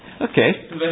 Okay